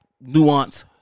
nuance